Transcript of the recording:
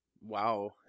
Wow